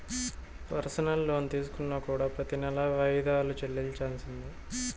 personal loan తీసుకున్నా కూడా ప్రెతి నెలా వాయిదాలు చెల్లించాల్సిందే